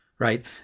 Right